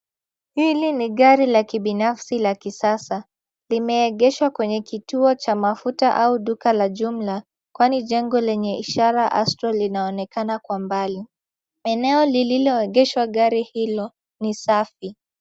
Hili ni gari la kibinafsi la kisasa. Limeegeshwa kwenye kituo cha mafuta au duka la jumla, kwani jengo lenye ishara Astrol, linaonekana kwa mbali. Eneo lililoegeshwa gari hilo, ni safi.